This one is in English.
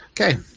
Okay